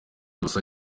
ubusa